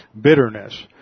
bitterness